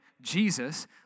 Jesus